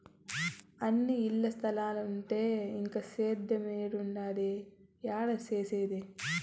అన్నీ ఇల్ల స్తలాలైతంటే ఇంక సేద్యేమేడుండేది, ఏడ సేసేది